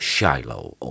Shiloh